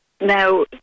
Now